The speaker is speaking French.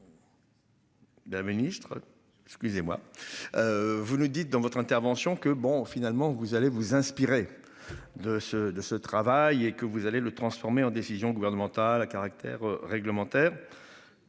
La ministre, ce qui est moi. Vous nous dites, dans votre intervention que bon finalement vous allez vous inspirer de ce de ce travail et que vous allez le transformer en décisions gouvernementales à caractère réglementaire.